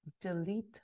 delete